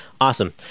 Awesome